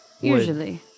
usually